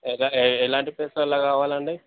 ఎది ఎలాంటి ప్లేసుల్లో కావాలండి